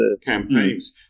campaigns